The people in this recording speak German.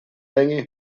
länge